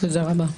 תודה רבה.